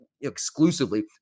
exclusively